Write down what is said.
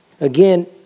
Again